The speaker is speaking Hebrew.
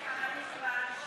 כבוד הנשיא!